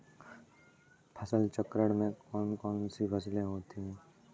फसल चक्रण में कौन कौन सी फसलें होती हैं?